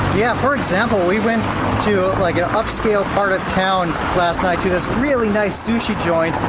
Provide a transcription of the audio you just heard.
yeah, for example we went to like an upscale part of town last night to this really nice sushi joint.